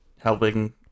helping